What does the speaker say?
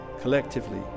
collectively